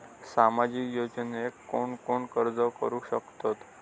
सामाजिक योजनेक कोण कोण अर्ज करू शकतत?